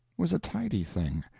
was a tidy thing,